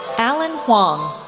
alan hoang,